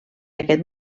aquest